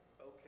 Okay